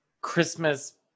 Christmas